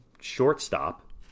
shortstop